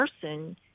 person